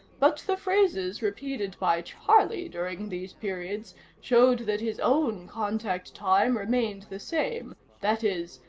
but the phrases repeated by charlie during these periods showed that his own contact time remained the same that is,